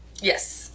Yes